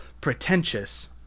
pretentious